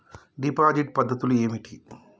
Deposit పద్ధతులు ఏమిటి?